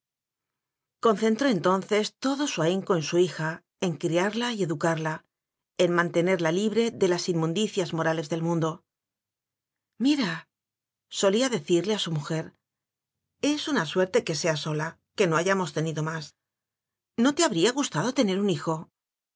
concentró entonces todo su ahinco en su hija en criarla y educarla en mantenerla li bre de las inmundicias morales del mundo mira solía decirle a su mujer es una suerte que sea sola que no hayamos tenido más no te habría gustado un hijo